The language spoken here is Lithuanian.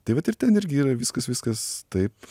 tai vat ir ten irgi yra viskas viskas taip